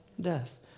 Death